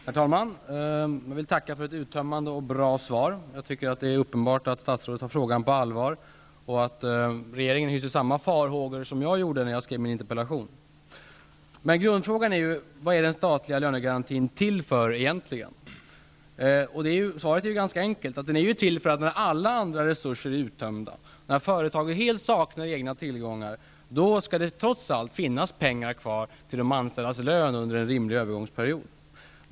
Herr talman! Jag vill tacka för ett uttömmande och bra svar. Jag tycker att det är uppenbart att statsrådet tar frågan på allvar och att regeringen hyser samma farhågor som jag gjorde när jag skrev min interpellation. Men grundfrågan är ju: Vad är den statliga lönegarantin till för, egentligen? Svaret är ganska enkelt: Den är till för att det när alla andra resurser är uttömda, när företaget helt saknar egna tillgångar, trots allt skall finnas pengar till de anställdas löner under en rimlig övergångsperiod.